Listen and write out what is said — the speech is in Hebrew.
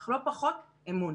אך לא פחות אמון.